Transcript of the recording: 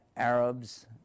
Arabs